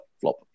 flop